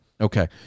Okay